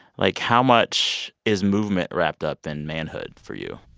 like, how much is movement wrapped up in manhood for you.